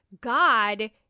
God